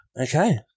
Okay